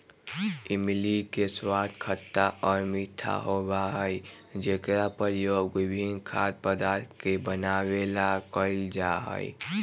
इमली के स्वाद खट्टा और मीठा होबा हई जेकरा प्रयोग विभिन्न खाद्य पदार्थ के बनावे ला कइल जाहई